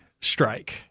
strike